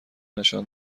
نشان